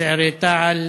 צעירי תע"ל,